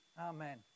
Amen